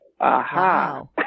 Aha